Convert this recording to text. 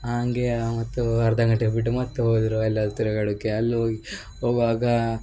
ಆಂಗೇಯ ಮತ್ತು ಅರ್ಧ ಗಂಟೆ ಬಿಟ್ಟು ಮತ್ತೆ ಹೋದ್ರು ಎಲ್ಲ ತಿರ್ಗಾಡುಕ್ಕೆ ಅಲ್ಲಿ ಹೋಗ್ ಹೋಗುವಾಗ